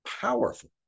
powerful